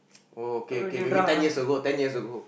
oh okay okay maybe ten years ago ten years ago